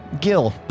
Gil